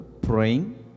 praying